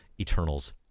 Eternals